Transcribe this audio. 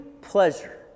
pleasure